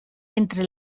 entre